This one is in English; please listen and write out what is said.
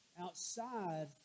outside